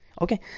Okay